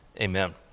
Amen